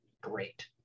great